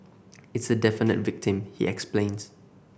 it's a definite victim he explains